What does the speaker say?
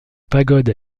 pagode